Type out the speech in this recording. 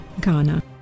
Ghana